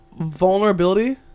vulnerability